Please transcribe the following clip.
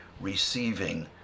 receiving